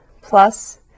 plus